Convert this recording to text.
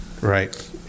right